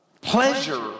pleasure